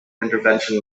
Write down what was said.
intervention